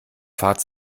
fahrt